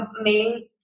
main